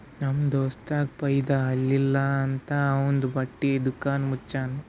ನಮ್ ದೋಸ್ತಗ್ ಫೈದಾ ಆಲಿಲ್ಲ ಅಂತ್ ಅವಂದು ಬಟ್ಟಿ ದುಕಾನ್ ಮುಚ್ಚನೂ